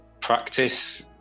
practice